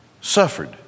suffered